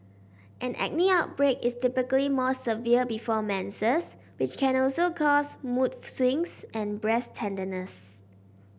an acne outbreak is typically more severe before menses which can also cause mood swings and breast tenderness